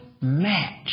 match